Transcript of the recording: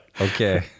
okay